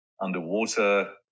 underwater